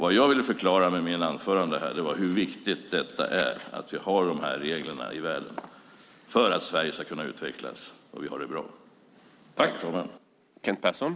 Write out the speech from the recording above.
Med mitt anförande ville jag förklara hur viktigt det är att vi har de reglerna i världen för att Sverige ska kunna utvecklas och för att vi ska kunna ha det bra.